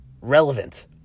relevant